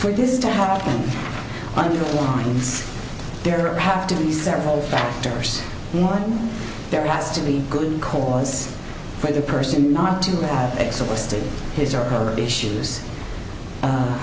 for this to happen i'm clintons there have to be several factors one there has to be good cause for the person not to have excellence to his or her issues